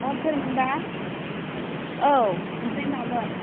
अ सोरमोन बा औ ओमफ्राय मामोन